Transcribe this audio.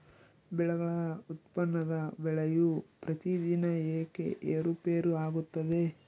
ಬೆಳೆಗಳ ಉತ್ಪನ್ನದ ಬೆಲೆಯು ಪ್ರತಿದಿನ ಏಕೆ ಏರುಪೇರು ಆಗುತ್ತದೆ?